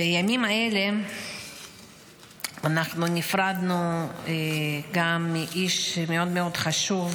בימים האלה אנחנו נפרדנו גם מאיש מאוד מאוד חשוב